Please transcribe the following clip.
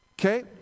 Okay